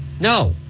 No